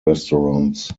restaurants